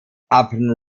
upon